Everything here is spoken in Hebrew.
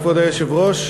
כבוד היושב-ראש,